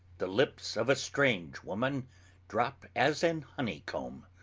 the lips of a strange woman drop as an honey-comb,